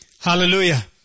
hallelujah